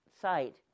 site